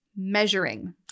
Measuring